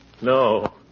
No